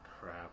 Crap